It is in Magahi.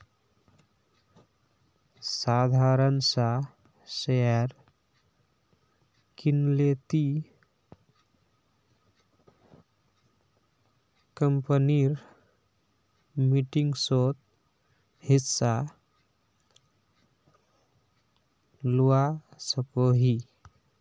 साधारण सा शेयर किनले ती कंपनीर मीटिंगसोत हिस्सा लुआ सकोही